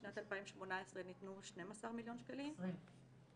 בשנת 2018 ניתנו 12 מיליון שקלים- - 20.